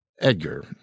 Edgar